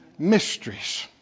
mysteries